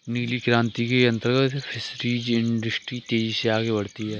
नीली क्रांति के अंतर्गत फिशरीज इंडस्ट्री तेजी से आगे बढ़ी